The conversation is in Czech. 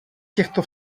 těchto